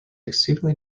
exceedingly